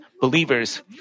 believers